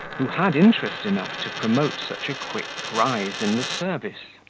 who had interest enough to promote such a quick rise in the service.